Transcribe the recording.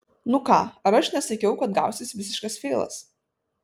nu ką ar aš nesakiau kad gausis visiškas feilas